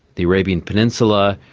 the arabian peninsula,